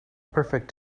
perfect